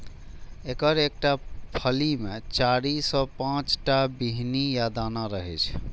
एकर एकटा फली मे चारि सं पांच टा बीहनि या दाना रहै छै